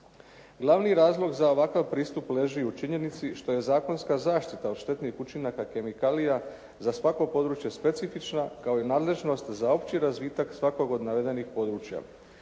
Glavni razlog za ovakav pristup leži u činjenici što je zakonska zaštita od štetnih učinaka kemikalija za svako područje specifična kao i nadležnost za opći razvitak svakog od navedenih područja.